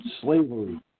slavery